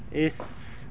ਇਸ